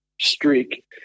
streak